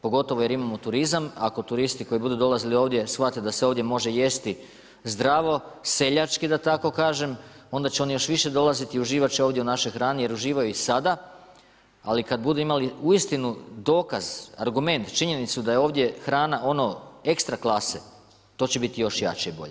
Pogotovo jer imamo turizam, ako turisti koji budu dolazili ovdje shvate da se ovdje može jesti zdravo, seljački da tako kažem, onda će oni još više dolaziti i uživat će ovdje u našoj hrani jer uživaju i sada, ali kad budu imali uistinu dokaz, argument, činjenicu da je ovdje hrana ono extra klase, to će biti još jače i bolje.